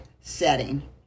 setting